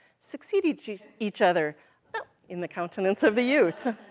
succeed each each other in the countenance of the youth,